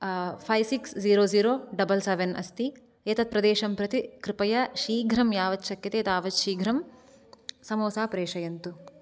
five six zero zero double seven अस्ति एतत् प्रदेशं प्रति कृपया शीघ्रं यावत् शक्यते तावत् शीघ्रं समोसा प्रेषयन्तु